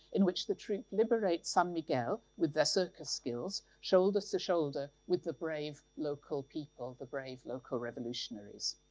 in which the troupe liberates san miguel with their circus skills, shoulder to shoulder with the brave local people, the brave local revolutionaries.